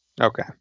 okay